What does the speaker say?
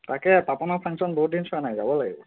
তাকে পাপনৰ ফাংশ্যন বহুত দিন চোৱা নাই যাব লাগিব